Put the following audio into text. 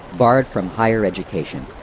barred from higher education,